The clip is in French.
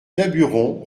daburon